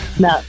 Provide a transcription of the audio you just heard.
No